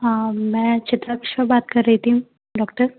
हाँ मैं चित्रक्षा बात कर रही थी डॉक्टर